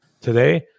Today